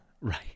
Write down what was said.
right